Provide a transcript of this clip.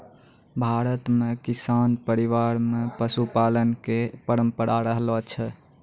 भारत मॅ किसान परिवार मॅ पशुपालन के परंपरा रहलो छै